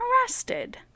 arrested